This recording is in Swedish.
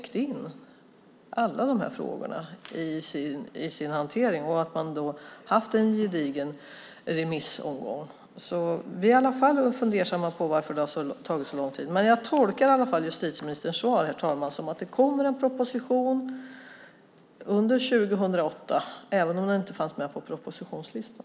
Den uppfattningen har i alla fall jag fått när jag har lyssnat på utredaren. Det har varit en gedigen remissomgång. Vi är i alla fall fundersamma på varför det har tagit så lång tid. Herr talman! Jag tolkar ändå justitieministerns svar så att det kommer en proposition under 2008 även om den inte finns med på propositionslistan.